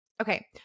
Okay